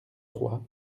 trois